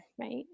right